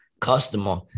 customer